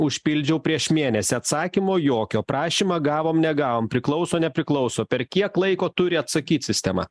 užpildžiau prieš mėnesį atsakymo jokio prašymą gavom negavom priklauso nepriklauso per kiek laiko turi atsakyt sistema